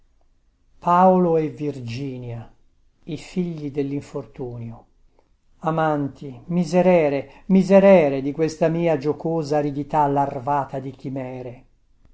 paolo e virginia i figli dellinfortunio amanti miserere miserere di questa mia giocosa aridità larvata di chimere